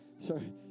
Sorry